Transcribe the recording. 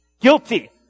Guilty